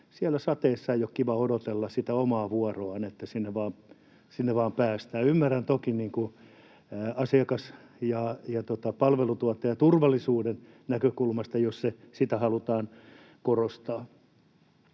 sateessa ei ole kiva odotella sitä omaa vuoroaan, että sinne päästään. Ymmärrän toki palvelutuottajan turvallisuuden näkökulman, jos sitä halutaan korostaa.